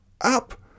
up